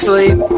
Sleep